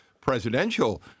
presidential